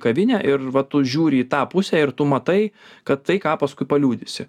kavinę ir va tu žiūri į tą pusę ir tu matai kad tai ką paskui paliudysi